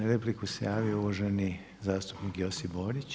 Za repliku se javio uvaženi zastupnik Josip Borić.